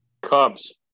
Cubs